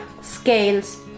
scales